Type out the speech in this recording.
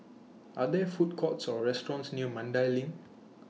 Are There Food Courts Or restaurants near Mandai LINK